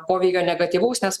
poveikio negatyvaus nes